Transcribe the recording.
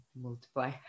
multiply